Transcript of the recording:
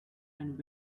and